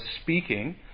speaking